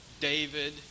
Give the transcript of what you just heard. David